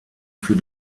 für